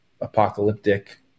apocalyptic